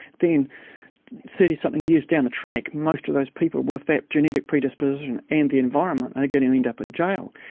then thirty something years down the track, most of those people with that genetic predisposition and the environment, they're going to end up in jail.